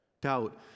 doubt